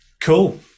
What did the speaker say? Cool